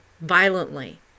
violently